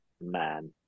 man